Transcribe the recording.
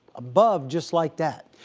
above just like that.